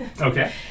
Okay